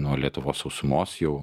nuo lietuvos sausumos jau